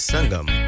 Sangam